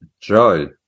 joy